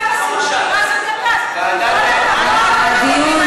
בנושא החסינות של באסל גטאס, הדיון,